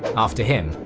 after him,